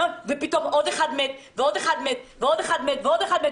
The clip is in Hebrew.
ופתאום עוד אחד מת ועוד אחד מת ועוד מת ועוד מת.